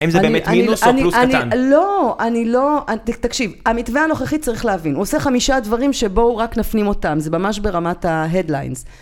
אם זה באמת מינוס או פלוס קטן. לא, אני לא... תקשיב, המתווה הנוכחית צריך להבין, הוא עושה חמישה דברים שבו הוא רק נפנים אותם, זה ממש ברמת ההדליינס.